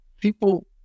people